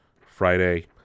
Friday